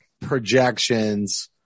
projections